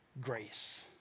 grace